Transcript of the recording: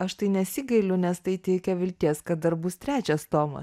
aš tai nesigailiu nes tai teikia vilties kad dar bus trečias tomas